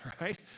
right